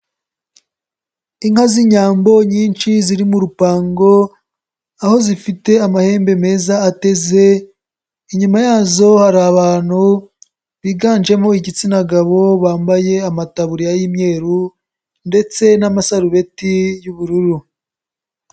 Inka z'Inyambo nyinshi ziri mu rupango aho zifite amahembe meza ateze, inyuma yazo hari abantu biganjemo igitsina gabo bambaye amataburiya y'imyeru ndetse n'amasarubeti y'ubururu.